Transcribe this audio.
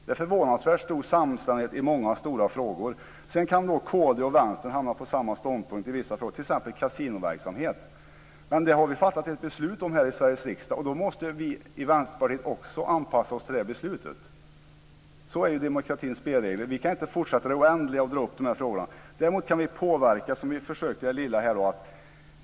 Det är förvånansvärt stor samstämmighet i många stora frågor. Sedan kan Kristdemokraterna och Vänstern hamna på samma ståndpunkt i vissa frågor, t.ex. i fråga om kasinoverksamhet. Men detta har vi fattat ett beslut om här i Sveriges riksdag, och då måste vi i Vänsterpartiet också anpassa oss till det beslutet. Så är demokratins spelregler. Vi kan inte fortsätta i det oändliga och dra upp dessa frågor. Däremot kan vi påverka, vilket vi försökte med lite grann.